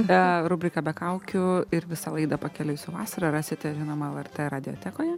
be rubrika be kaukių ir visą laidą pakeliui su vasara rasite žinoma lrt radiotekoje